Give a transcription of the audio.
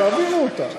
תעבירו אותה.